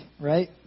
Right